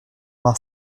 main